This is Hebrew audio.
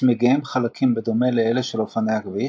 צמיגיהם חלקים בדומה לאלה של אופנועי הכביש,